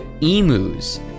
emus